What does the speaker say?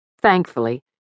Thankfully